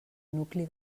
nucli